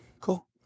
Cool